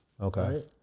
Okay